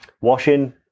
Washing